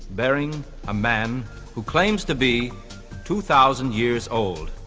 bearing a man who claims to be two thousand years old.